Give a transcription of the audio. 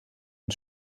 und